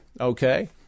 okay